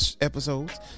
episodes